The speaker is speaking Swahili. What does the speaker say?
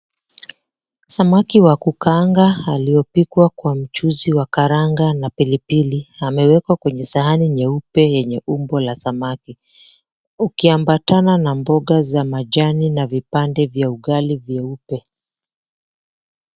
Samaki wa kukaanga aloyopikwa Kwa mchuuzi wa karanga na pilipili amewekwa Kwenye sahani nyeupe yenye umbo la samaki, ukiambatana na mboga za majani na vipande vya ugali vyeupe .